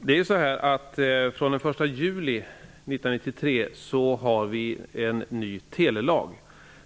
Fru talman! Sedan den 1 juli 1993 har vi en ny telelag.